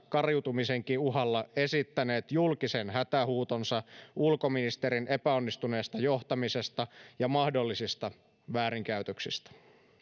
kariutumisenkin uhalla esittäneet julkisen hätähuutonsa ulkoministerin epäonnistuneesta johtamisesta ja mahdollisista väärinkäytöksistä